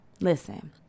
Listen